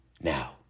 Now